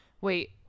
Wait